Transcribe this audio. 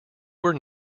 were